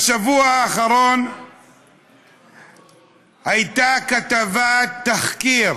בשבוע האחרון הייתה כתבת תחקיר